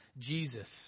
Jesus